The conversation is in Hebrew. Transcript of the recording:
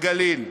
הגליל.